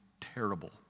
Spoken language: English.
terrible